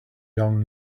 young